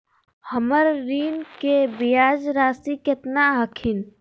हमर ऋण के ब्याज रासी केतना हखिन?